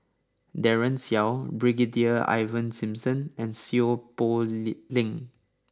Daren Shiau Brigadier Ivan Simson and Seow Poh Leng